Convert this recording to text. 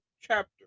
chapter